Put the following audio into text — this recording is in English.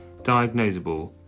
diagnosable